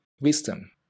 wisdom